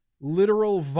literal